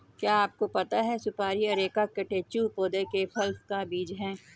क्या आपको पता है सुपारी अरेका कटेचु पौधे के फल का बीज है?